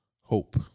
Hope